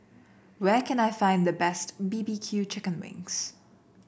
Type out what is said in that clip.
where can I find the best B B Q Chicken Wings